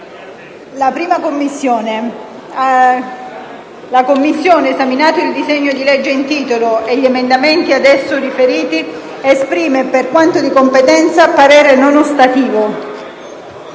1a Commissione permanente, esaminato il disegno di legge in titolo e gli emendamenti ad esso riferiti, esprime, per quanto di competenza, parere non ostativo».